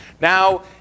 Now